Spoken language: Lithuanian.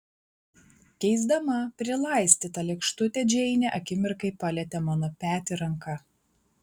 keisdama prilaistytą lėkštutę džeinė akimirkai palietė mano petį ranka